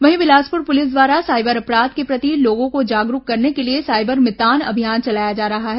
वहीं बिलासपुर पुलिस द्वारा साइबर अपराध के प्रति लोगों को जागरूक करने के लिए साइबर मितान अभियान चलाया जा रहा है